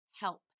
help